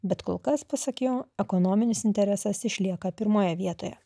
bet kol kas pasak jo ekonominis interesas išlieka pirmoje vietoje